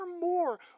more